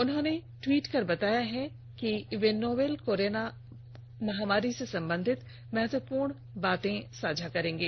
उन्होंने ट्वीट कर बताया कि वे नोवल कोरोना महामारी से संबंधित महत्वपूर्ण पहलुओं पर जानकारी साझा करेंगे